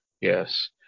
Yes